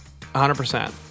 100%